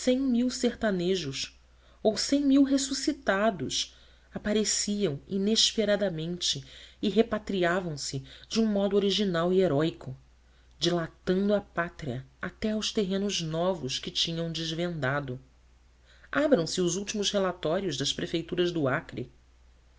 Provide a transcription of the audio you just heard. cem mil sertanejos ou cem mil ressuscitados apareciam inesperadamente e repatriavam se de um modo original e heróico dilatando a pátria até aos terrenos novos que tinham desvendado abram se os últimos relatórios das prefeituras do acre